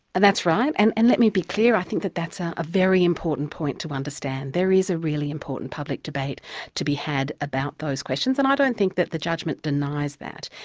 and that's right, and and let me be clear, i think that that's ah a very important point to understand. there is a really important public debate to be had about those questions, and i don't think that the judgement denies that.